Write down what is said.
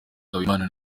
habimana